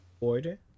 Order